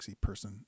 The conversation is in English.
person